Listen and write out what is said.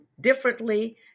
differently